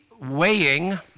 weighing